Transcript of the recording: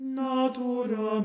natura